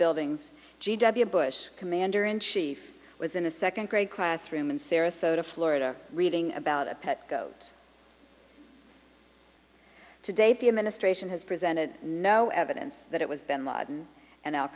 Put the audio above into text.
buildings g w bush commander in chief was in a second grade classroom in sarasota florida reading about a pet goat today the administration has presented no evidence that it was bin laden and al